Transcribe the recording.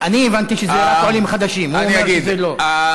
אני הבנתי שזה רק עולים חדשים, הוא אומר שזה לא.